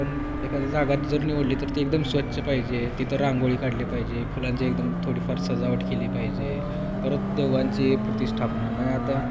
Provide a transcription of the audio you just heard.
आपण एखादी जागा जर सोडली तर ती एकदम स्वच्छ पाहिजे तिथं रांगोळी काढली पाहिजे फुलांची एकदम थोडीफार सजावट केली पाहिजे परत देवांची प्रतिष्ठापना मग आता